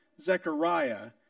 Zechariah